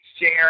share